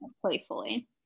playfully